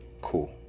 Cool